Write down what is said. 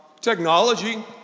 Technology